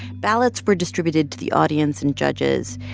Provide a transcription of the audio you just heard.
ballots were distributed to the audience and judges.